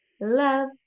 love